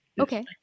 Okay